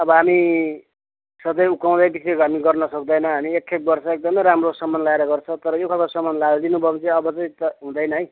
अब हामी सधैँ उक्काउँदैपिछे गर्न सक्दैन हामी एक खेप गर्छ एकदमै राम्रो सामान लाएर गर्छ तर यो खालको सामान लाइदिनु भयो भने चाहिँ अब चाहिँ हुँदैन है